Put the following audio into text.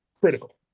critical